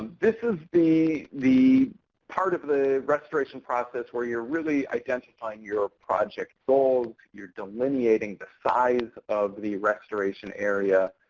this is the the part of the restoration process where you're really identifying your project goals, so you're delineating the size of the restoration area.